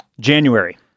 January